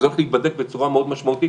וזה הולך להיבדק בצורה מאוד משמעותית.